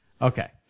Okay